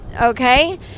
okay